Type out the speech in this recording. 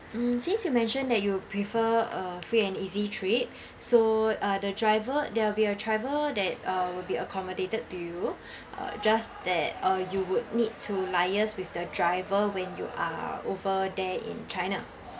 um since you mentioned that you prefer uh free and easy trip so uh the driver there will be a driver that uh will be accommodated to you uh just that uh you would need to liaise with the driver when you are over there in china